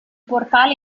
portale